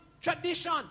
tradition